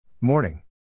Morning